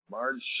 March